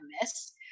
miss